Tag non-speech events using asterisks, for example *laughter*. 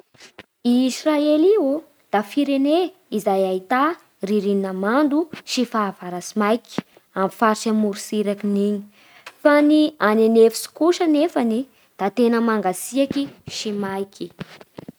*noise* I Israely iô da firene izay ahità ririnina mando sy fahavaratsy maiky *noise* amin'ny faritsy morotsirak'igny. *noise* Fa agny an'efitsy kosa anefany da tena mangatsiaky sy maiky. *noise*